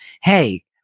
hey